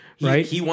right